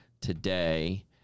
today